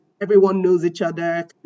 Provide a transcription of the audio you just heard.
everyone-knows-each-other